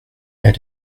elles